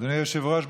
אדוני היושב-ראש,